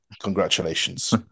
congratulations